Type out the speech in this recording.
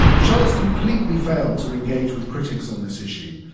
shell has completely failed to engage with critics on this issue.